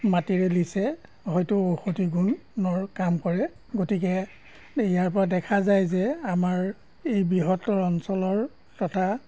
মাটিৰে লিপে হয়টো ঔষধি গুণৰ কাম কৰে গতিকে ইয়াৰ পৰা দেখা যায় যে আমাৰ এই বৃহত্তৰ অঞ্চলৰ তথা